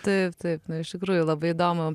taip taip na iš tikrųjų labai įdomu